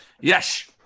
Yes